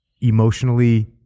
emotionally